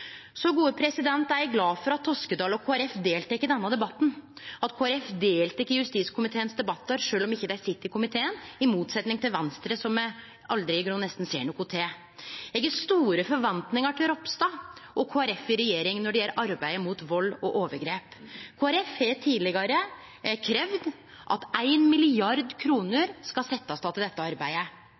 er godt nok. Så er eg glad for at Toskedal og Kristeleg Folkeparti deltek i denne debatten, at Kristeleg Folkeparti deltek i justiskomiteens debattar sjølv om dei ikkje sit i komiteen, i motsetnad til Venstre, som me i grunnen aldri ser noko til. Eg har store forventningar til Ropstad og Kristeleg Folkeparti i regjering når det gjeld arbeidet mot vald og overgrep. Kristeleg Folkeparti har tidlegare kravd at 1 mrd. kr skal setjast av til dette arbeidet.